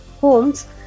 homes